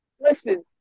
listen